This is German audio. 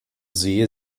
sehe